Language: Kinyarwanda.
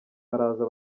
araza